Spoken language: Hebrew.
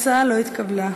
ההצעה לא התקבלה.